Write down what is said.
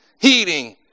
heating